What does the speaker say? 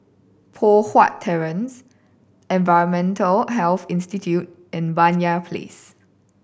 Poh Huat Terrace Environmental Health Institute and Banyan Place